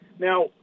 Now